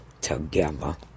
together